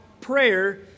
prayer